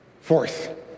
Fourth